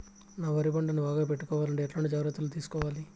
నా వరి పంటను బాగా పెట్టుకోవాలంటే ఎట్లాంటి జాగ్రత్త లు తీసుకోవాలి?